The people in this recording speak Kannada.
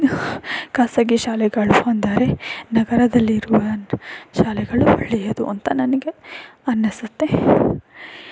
ಖಾಸಗಿ ಶಾಲೆಗಳು ಅಂದರೆ ನಗರದಲ್ಲಿರುವ ಶಾಲೆಗಳು ಒಳ್ಳೆಯದು ಅಂತ ನನಗೆ ಅನ್ನಿಸುತ್ತೆ